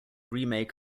remake